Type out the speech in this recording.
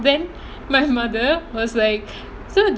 then my mother was like